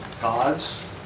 God's